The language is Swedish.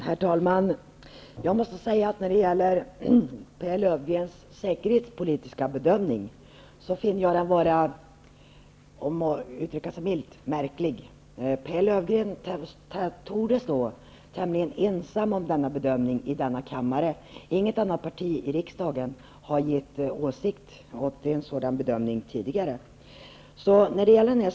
Herr talman! Jag finner Pehr Löfgreens säkerhetspolitiska bedömning milt uttryckt märklig. Pehr Löfgreen torde stå tämligen ensam i denna kammare om denna bedömning. Inget parti i denna kammare har gett uttryck för en sådan bedömning tidigare.